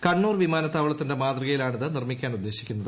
കണ്ണൂർ വിമാനത്താവളത്തിന്റെ മാതൃകയിലാണിത് നിർമ്മിക്കാനുദ്ദേശിക്കുന്നത്